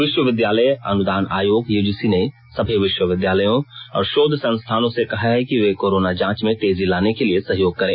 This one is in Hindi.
विश्वविद्यालय अनुदान आयोग यूजीसी ने सभी विश्वविद्यालयों और शोध संस्थानों से कहा है कि वे कोरोना जांच में तेजी लाने के लिए सहयोग करें